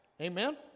Amen